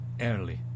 early